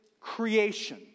creation